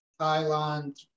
Thailand